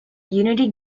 unity